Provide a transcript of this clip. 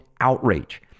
outrage